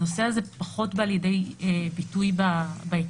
הנושא הזה בא פחות לידי ביטוי בעקרונות,